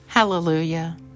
Hallelujah